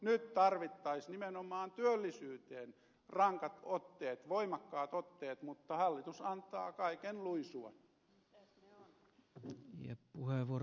nyt tarvittaisiin nimenomaan työllisyyteen rankat otteet voimakkaat otteet mutta hallitus antaa kaiken luisua